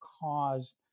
caused